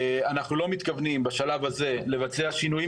אנחנו לא מתכוונים בשלב הזה לבצע שינויים